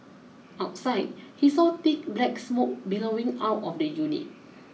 outside he saw thick black smoke billowing out of the unit